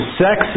sex